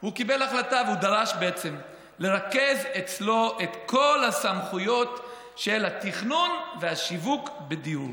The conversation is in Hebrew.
הוא קיבל החלטה ודרש לרכז אצלו את כל הסמכויות של התכנון והשיווק בדיור.